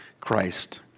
Christ